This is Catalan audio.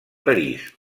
parís